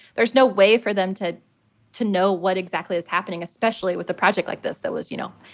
there's no way for them to to know what exactly is happening, especially with a project like this. that was, you know,